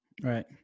Right